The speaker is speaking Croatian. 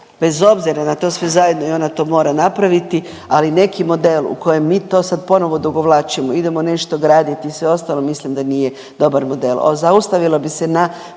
bez obzira na to sve zajedno i ona to mora napraviti, ali neki model u kojem mi to sad ponovo odugovlačimo, idemo nešto graditi i sve ostalo, mislim da nije dobar model.